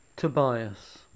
Tobias